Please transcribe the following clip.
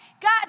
God